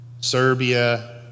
Serbia